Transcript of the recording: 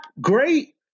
great